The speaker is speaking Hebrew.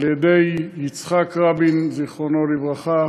על-ידי יצחק רבין, זיכרונו לברכה,